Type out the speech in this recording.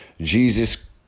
jesus